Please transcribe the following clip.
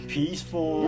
Peaceful